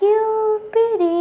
Cupid